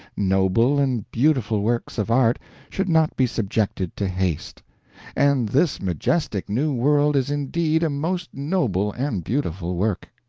noble and beautiful works of art should not be subjected to haste and this majestic new world is indeed a most noble and beautiful work.